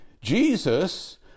Jesus